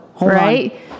right